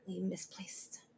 misplaced